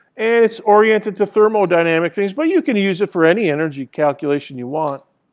and it's oriented to thermodynamic things, but you can use it for any energy calculation you want.